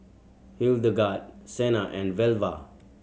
Hildegard Cena and Velva